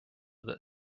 that